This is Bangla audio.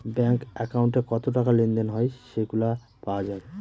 ব্যাঙ্ক একাউন্টে কত টাকা লেনদেন হয় সেগুলা পাওয়া যায়